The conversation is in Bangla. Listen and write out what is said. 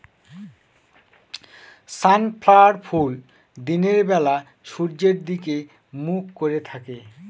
সানফ্ল্যাওয়ার ফুল দিনের বেলা সূর্যের দিকে মুখ করে থাকে